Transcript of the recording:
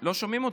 לא שומעים אותי,